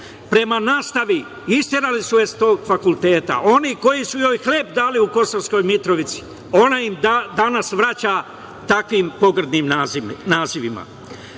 prema nastavi isterali su je sa tog fakulteta. Oni koji su joj hleb dali u Kosovskoj Mitrovici, ona im danas vraća takvim pogrdnim nazivima. Dozvolite